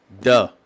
Duh